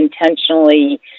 intentionally